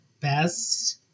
best